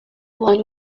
one